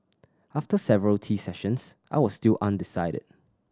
after several tea sessions I was still undecided